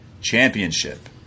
Championship